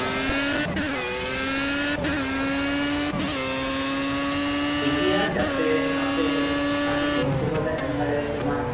ᱴᱷᱤᱠ ᱜᱮᱭᱟ ᱡᱟᱛᱮ ᱟᱯᱮ ᱵᱷᱟᱜᱮ ᱯᱚᱨᱤᱥᱮᱵᱟᱞᱮ ᱮᱢ ᱫᱟᱲᱮᱭᱟᱯᱮ ᱢᱟ